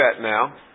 now